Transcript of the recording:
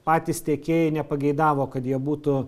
patys tiekėjai nepageidavo kad jie būtų